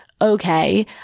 Okay